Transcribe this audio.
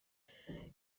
igeri